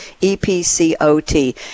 E-P-C-O-T